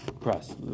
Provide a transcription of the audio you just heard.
press